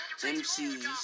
MCs